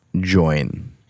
join